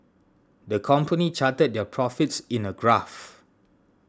the company charted their profits in a graph